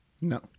No